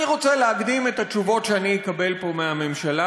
אני רוצה להקדים את התשובות שאני אקבל פה מהממשלה,